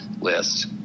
list